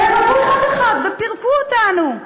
הם עברו אחד-אחד ופירקו אותנו.